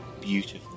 Beautiful